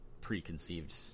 preconceived